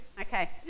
Okay